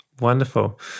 Wonderful